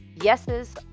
yeses